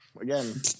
again